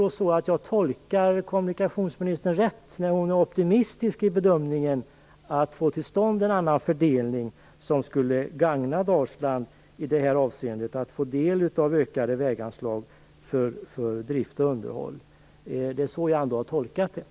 Jag tolkar kommunikationsministern så att hon är optimistisk i bedömningen av möjligheten av att få till stånd en annan fördelning som skulle gagna Dalsland när det gäller att få del av ökade väganslag för drift och underhåll. Är den tolkningen riktig? Det är så jag ändå har tolkat ministern.